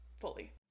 Fully